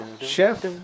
Chef